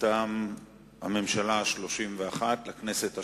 מטעם הממשלה השלושים-ואחת לכנסת השמונה-עשרה.